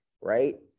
right